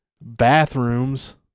bathrooms